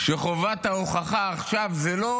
כשחובת ההוכחה עכשיו זה לא